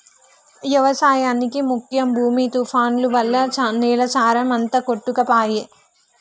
వ్యవసాయానికి ముఖ్యం భూమి తుఫాన్లు వల్ల నేల సారం అంత కొట్టుకపాయె